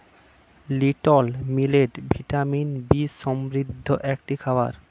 little millet vitamin B সমৃদ্ধ একটি খাবার